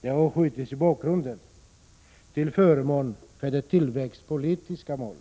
De målen har skjutits i bakgrunden till förmån för de tillväxtpolitiska målen.